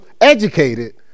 educated